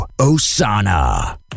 Osana